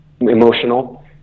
emotional